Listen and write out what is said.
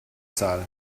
zahl